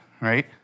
right